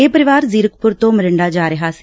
ਇਹ ਪਰਿਵਾਰ ਜ਼ੀਰਕਪੁਰ ਤੋਂ ਮੁਰਿੰਡਾ ਜਾ ਰਿਹਾ ਸੀ